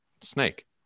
snake